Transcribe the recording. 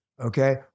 okay